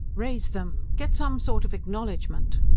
raise them! get some sort of acknowledgment!